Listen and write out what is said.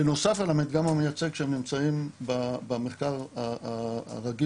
בנוסף על המדגם המייצג שהם נמצאים במחקר הרגיל.